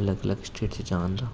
अलग अलग स्टेट च जान दा